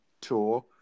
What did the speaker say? tour